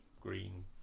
green